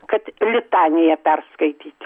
kad litaniją perskaityti